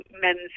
men's